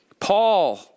Paul